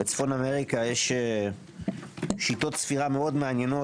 בצפון אמריקה יש שיטות ספירה מאוד מעניינות